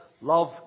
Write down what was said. love